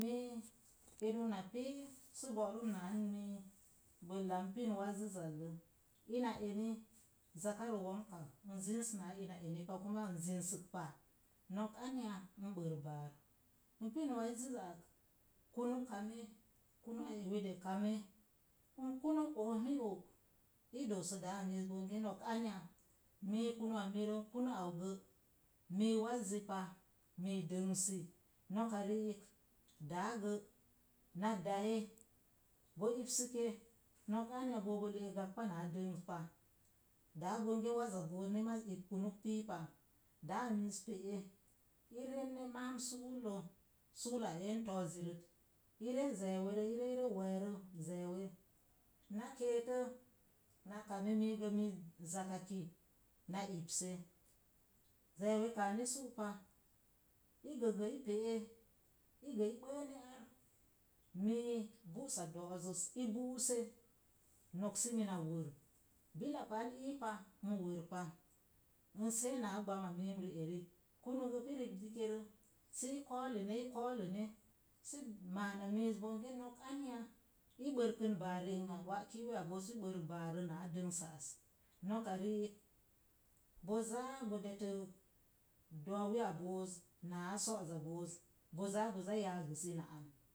Mii, in una pii sə bo'rəm naa mii, bella n pin wazəzzandə, ina eni zakarə wonka in zins naa ina eni pa, kuma n zinsək pa, nok anya n ɓər bar. N pən waizəz ak kunuu kame, kumuu ebi de kame n kunə oomi o', i doosə daa miiz honge nok anya mii kunu a miirə n kunə an gə, mii wazzi pa, mii dəngsi, noka riik daagə na daye bo ibsəke. Nok anya, nok boo bo le'ek gagba naa dəngs pa. Daa bonge wa za booz ni mazigbumuk piipa, daa múz pe'e, i renne maam suulə, sura en toozirət, i ree zeewe rə i ree weerə zeewe na keetə na kame mii gə mii zaka ki na ibse zeewe kaani su’ pa, i gə gə i pe'e i gə i bəane ar, mii busa do'ozəs, i bu'use nok səmina wər. Billapaal iipa, n wərpa n see naa gbama múm ri'en kunuu gə pi ribdəke rə, sii kooləne i kooləne, sə maan a miiz bonge nok anya i bər kən baar ri'ən wa'kiwi a booz pu bəok baalə naa dəngsa as, noka ri'ik bazaa bo detə doowi a booz naa so'o za booz boza yangəs ina an